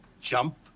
jump